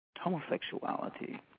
Homosexuality